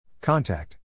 Contact